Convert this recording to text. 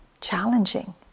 challenging